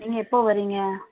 நீங்கள் எப்போது வர்றீங்க